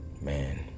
man